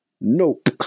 Nope